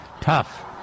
tough